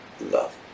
love